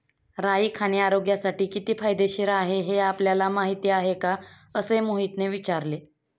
राई खाणे आरोग्यासाठी किती फायदेशीर आहे हे आपल्याला माहिती आहे का? असे मोहितने विचारले